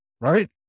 right